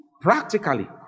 practically